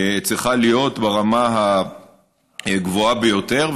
צריכה להיות ברמה הגבוהה ביותר.